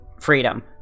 freedom